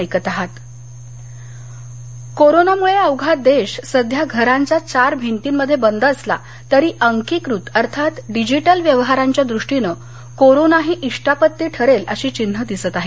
digital कोरोनामुळे अवघा देश सध्या घरांच्या चार भिंतीमध्ये बंद असला तरी अंकीकृत अर्थात डिजिटल व्यवहारांच्या दृष्टिनं कोरोना ही इष्टापत्ती ठरेल अशी चिन्ह दिसत आहेत